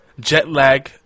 Jetlag